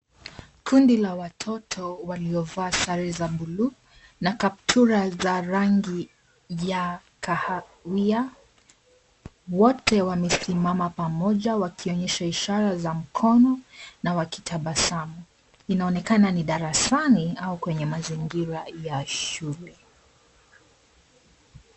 Kundi la watoto waliovaa sare za buluu na kaptura za rangi ya kahawia. Wote wamesimama pamoja, wakionyesha ishara za mkono na wakitabasamu. Inaonekana ni darsani au kwenye mazingira ya shule.